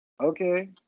Okay